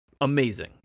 amazing